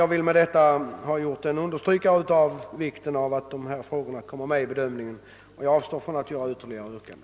Jag har med detta velat understryka vikten av att dessa frågor tas med vid bedömningen och avstår från att göra ytterligare yrkanden.